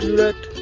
let